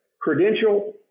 credential